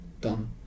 done